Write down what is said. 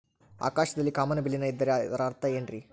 ಆಕಾಶದಲ್ಲಿ ಕಾಮನಬಿಲ್ಲಿನ ಇದ್ದರೆ ಅದರ ಅರ್ಥ ಏನ್ ರಿ?